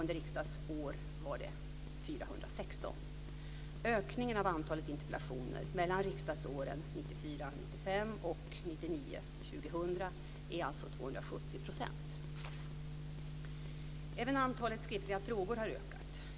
1997 99 var det 370. Även antalet skriftliga frågor har ökat.